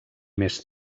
més